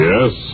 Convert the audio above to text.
Yes